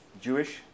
Jewish